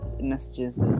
messages